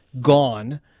gone